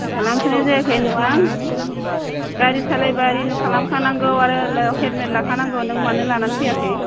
खालामथनाय जायाखै नङा गारि सालायबा रिनिउ खालामखानांगौ आरो लोगोआव हेलमेट लाफानांगौ नों मानो लानानै फैयाखै